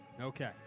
Okay